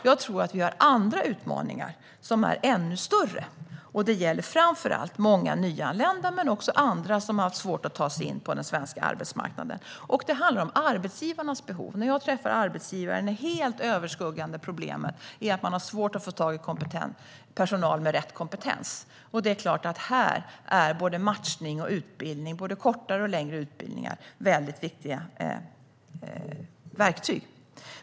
Jag tror att vi har andra utmaningar som är ännu större. Det gäller framför allt många nyanlända men också andra som har haft svårt att ta sig in på den svenska arbetsmarknaden. Och det handlar om arbetsgivarnas behov. När jag träffar arbetsgivare är det helt överskuggande problemet att man har svårt att få tag i personal med rätt kompetens. Det är klart att matchning och utbildning - det handlar om både kortare och längre utbildningar - är viktiga verktyg här.